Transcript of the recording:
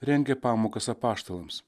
rengė pamokas apaštalams